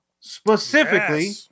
Specifically